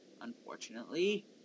unfortunately